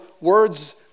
words